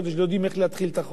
הם לא יודעים איך להתחיל את החודש.